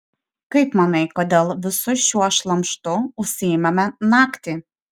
kaip manai kodėl visu šiuo šlamštu užsiimame naktį